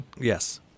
Yes